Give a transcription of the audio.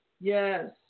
yes